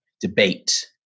debate